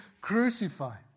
crucified